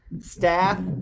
staff